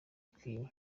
bikwiye